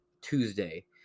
Tuesday